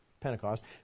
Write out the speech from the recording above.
Pentecost